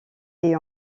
est